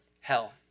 Hell